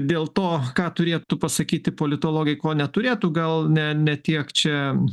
dėl to ką turėtų pasakyti politologai ko neturėtų gal ne ne tiek čia